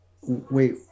Wait